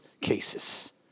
cases